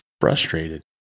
frustrated